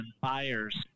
buyers